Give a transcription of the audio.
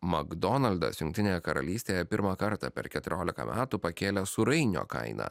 makdonaldas jungtinėje karalystėje pirmą kartą per keturiolika metų pakėlė sūrainio kainą